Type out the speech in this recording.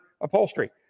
upholstery